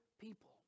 people